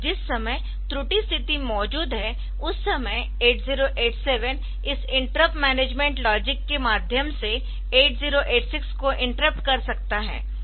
जिस समय त्रुटि स्थिति मौजूद है उस समय 8087 इस इंटरप्ट मैनेजमेंट लॉजिक के माध्यम से 8086 को इंटरप्ट कर सकता है